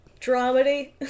dramedy